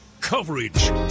coverage